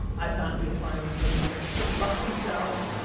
i've gotten you to finally tell your parents to go fuck themselves.